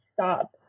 stop